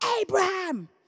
Abraham